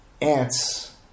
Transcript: ants